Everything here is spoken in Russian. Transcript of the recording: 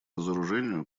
разоружению